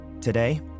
Today